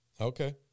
Okay